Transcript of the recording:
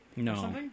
no